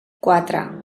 quatre